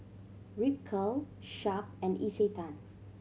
Ripcurl Sharp and Isetan